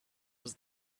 was